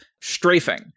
strafing